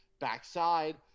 backside